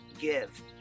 give